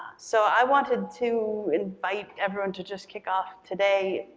so i wanted to invite everyone to just kick off today,